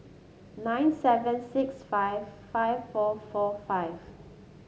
nine seven six five five four four five